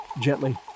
gently